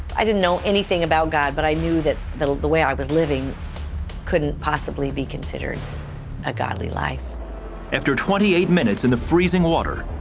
i didn't know anything about god but i knew that the the way i was living could not and possibly be considered a godly life after twenty eight minutes in the freezing water,